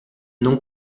non